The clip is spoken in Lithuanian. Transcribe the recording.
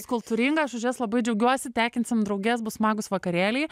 kultūringa aš už jas labai džiaugiuosi tenkinsim drauges bus smagūs vakarėliai